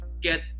get